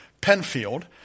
Penfield